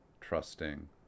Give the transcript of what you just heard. trusting